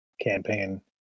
Campaign